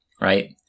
Right